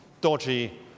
dodgy